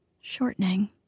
shortening